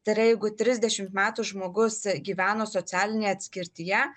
tai yra jeigu trisdešimt metų žmogus gyveno socialinėje atskirtyje